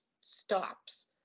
stops